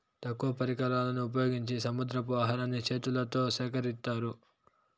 తక్కువ పరికరాలను ఉపయోగించి సముద్రపు ఆహారాన్ని చేతులతో సేకరిత్తారు